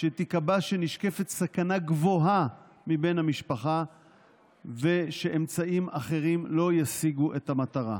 שתקבע שנשקפת סכנה גבוהה מבן המשפחה ושאמצעים אחרים לא ישיגו את המטרה.